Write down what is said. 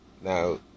Now